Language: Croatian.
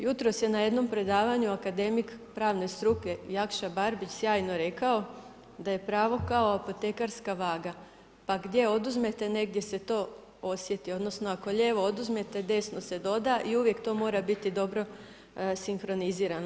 Jutros je na jednom predavanju akademik pravne struke Jakša Barbić sjajno rekao, da je pravo kao apotekarska vaga, pa gdje oduzmete, negdje se to osjeti, odnosno, ako lijevo oduzmete, desno se doda i uvije to mora biti dobro sinkronizirano.